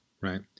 right